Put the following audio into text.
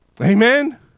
Amen